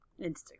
Instagram